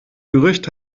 gerücht